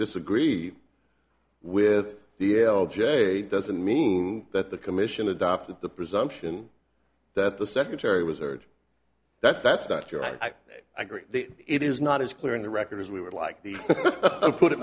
disagree with the l j doesn't mean that the commission adopted the presumption that the secretary was heard that that's not your i agree it is not as clear in the record as we would like the put it